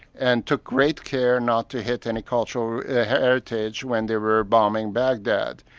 and took great care not to hit any cultural heritage when they were bombing baghdad.